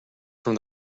from